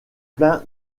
plein